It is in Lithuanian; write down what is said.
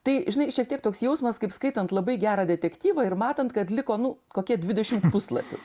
tai žinai šiek tiek toks jausmas kaip skaitant labai gerą detektyvą ir matant kad liko nu kokie dvidešimt puslapių